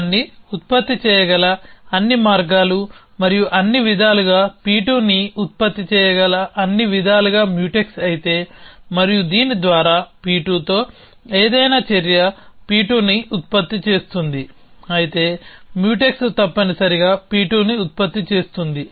P1ని ఉత్పత్తి చేయగల అన్ని మార్గాలు మరియు అన్ని విధాలుగా P2ని ఉత్పత్తి చేయగల అన్ని విధాలుగా మ్యూటెక్స్ అయితే మరియు దీని ద్వారా P2తో ఏదైనా చర్య P2ని ఉత్పత్తి చేస్తుందిఅయితే మ్యూటెక్స్ తప్పనిసరిగా P2ని ఉత్పత్తి చేస్తుంది